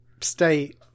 state